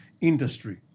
industry